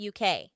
UK